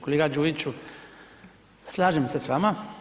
Kolega Đujiću, slažem se s vama.